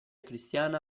cristiana